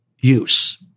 use